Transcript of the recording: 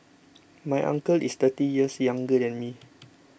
my uncle is thirty years younger than me